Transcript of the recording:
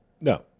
no